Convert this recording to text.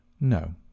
No